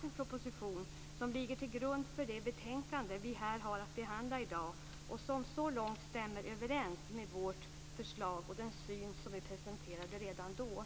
den proposition från regeringen som ligger till grund för det betänkande vi har att behandla här i dag så långt stämmer överens med vårt förslag och med den syn som vi presenterade redan då.